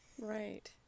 Right